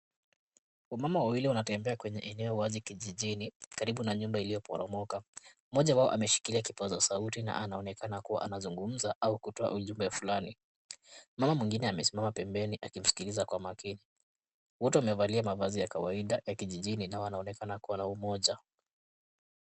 Wamama wawili wanatembea kwenye eneo wazi kijijini, karibu na nyumba iliyoporomoka. Mmoja wao ameshikilia kipaza sauti na anaonekana kuwa anazungumza au kutoa ujumbe fulani. Mama mwingine amesimama pembeni akimsikiliza kwa makini. Wote wamevalia mavazi ya kawaida ya kijijini na wanaonekana kuwa na umoja.